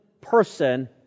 person